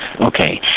okay